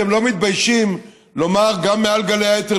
אתם לא מתביישים לומר גם מעל גלי האתר,